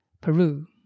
Peru